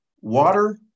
Water